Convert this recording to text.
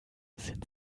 sind